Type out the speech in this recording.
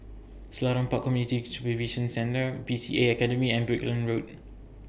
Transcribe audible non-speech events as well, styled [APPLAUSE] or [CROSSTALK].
Selarang Park Community Supervision Centre B C A Academy and [NOISE] Brickland Road